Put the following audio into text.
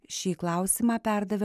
šį klausimą perdavė